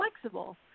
flexible